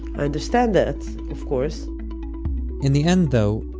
i understand that, of course in the end, though,